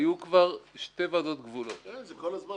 היו כבר שתי ועדות גבולות --- כן, זה כל הזמן.